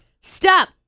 Stop